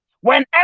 whenever